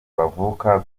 bavuka